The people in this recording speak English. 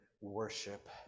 worship